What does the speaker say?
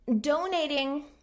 donating